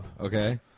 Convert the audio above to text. okay